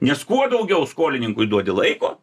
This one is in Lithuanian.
nes kuo daugiau skolininkui duodi laiko